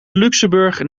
luxemburg